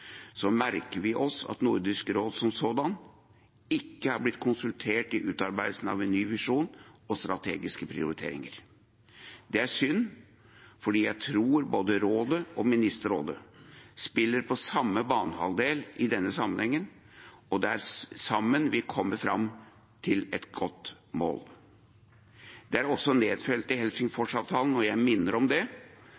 merker vi oss at Nordisk råd som sådant ikke har blitt konsultert i utarbeidelsen av en ny visjon og strategiske prioriteringer. Det er synd, for jeg tror både Rådet og Ministerrådet spiller på samme banehalvdel i denne sammenheng, og det er sammen vi kommer fram til et godt mål. Det er også nedfelt i